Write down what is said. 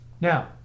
Now